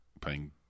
playing